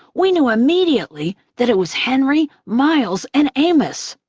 we knew immediately that it was henry, miles, and amos.